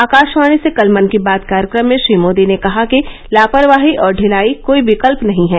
आकाशवाणी से कल मन की बात कार्यक्रम में श्री मोदी ने कहा कि लापरवाही और ढिलाई कोई विकल्प नहीं है